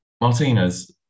Martinez